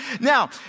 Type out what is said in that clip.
now